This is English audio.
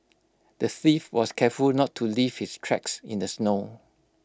the thief was careful not to leave his tracks in the snow